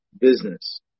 business